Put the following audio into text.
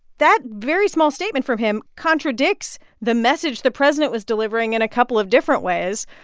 that very small statement from him contradicts the message the president was delivering in a couple of different ways.